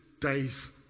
days